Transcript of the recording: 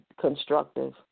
constructive